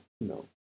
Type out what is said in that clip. no